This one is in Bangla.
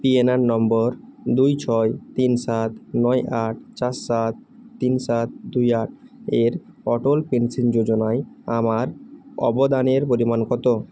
পিএনআর নম্বর দুই ছয় তিন সাত নয় আট চার সাত তিন সাত দুই আট এর অটল পেনশন যোজনায় আমার অবদানের পরিমাণ কত